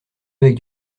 avec